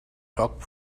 talk